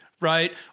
right